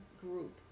group